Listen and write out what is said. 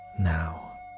now